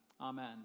Amen